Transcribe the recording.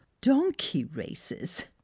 donkey-races